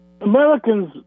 Americans